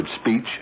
speech